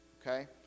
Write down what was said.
Okay